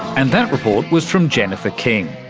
and that report was from jennifer king.